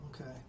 okay